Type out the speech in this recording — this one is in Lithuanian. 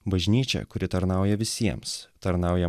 bažnyčia kuri tarnauja visiems tarnauja